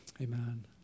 amen